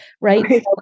right